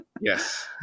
Yes